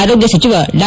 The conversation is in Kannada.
ಆರೋಗ್ಯ ಸಚಿವ ಡಾ